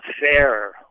fair